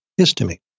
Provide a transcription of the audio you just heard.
histamine